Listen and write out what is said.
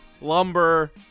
Lumber